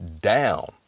down